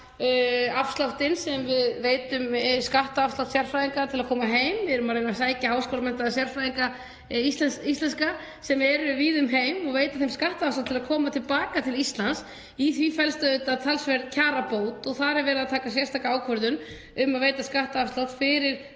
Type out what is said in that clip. afsláttinn sem við veitum, skattafslátt sérfræðinga til að koma heim, við erum að reyna að sækja íslenska háskólamenntaða sérfræðinga sem eru víða um heim og veita þeim skattafslátt til að koma til baka til Íslands. Í því felst auðvitað talsverð kjarabót og þar er verið að taka sérstaka ákvörðun um að veita skattafslátt fyrir